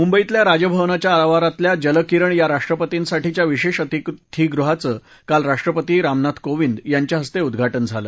मुंबईतल्या राजभवनाच्या आवारातल्या जल किरण या राष्ट्रपतींसाठीच्या विशेष अतिथीगृहाचं काल राष्ट्रपती रामनाथ कोविंद यांच्या हस्ते उद्घाटन झालं